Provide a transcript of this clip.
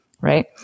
right